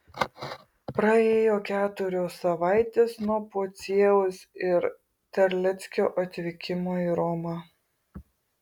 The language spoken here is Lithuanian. praėjo keturios savaitės nuo pociejaus ir terleckio atvykimo į romą